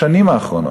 בשנים האחרונות,